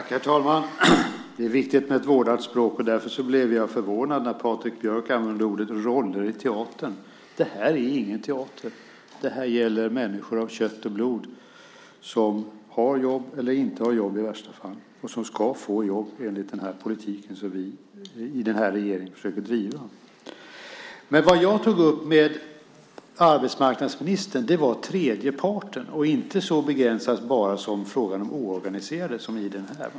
Herr talman! Det är viktigt med ett vårdat språk, och därför blev jag förvånad när Patrik Björck använde orden roller i teatern. Det här är ingen teater. Det här gäller människor av kött och blod som har jobb eller i värsta fall inte har jobb och som ska få jobb enligt den politik den här regeringen försöker driva. Jag tog upp med arbetsmarknadsministern den tredje parten, inte begränsat till frågan om oorganiserade.